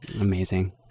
Amazing